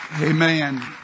Amen